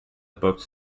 books